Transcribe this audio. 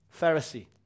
Pharisee